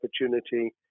opportunity